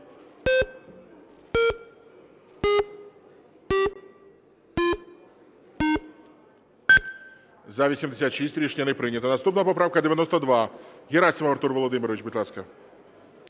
За-86 Рішення не прийнято. Наступна поправка 92,